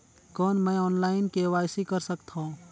कौन मैं online KYC कर सकथव?